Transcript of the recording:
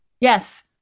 Yes